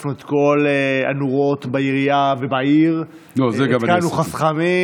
החלפנו את כל הנורות בעירייה ובעיר,